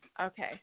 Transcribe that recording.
Okay